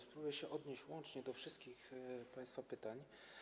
Spróbuję się odnieść łącznie do wszystkich państwa pytań.